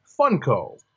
Funko